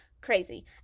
Crazy